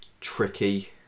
tricky